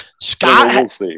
Scott